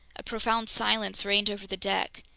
a profound silence reigned over the deck.